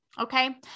Okay